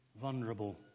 vulnerable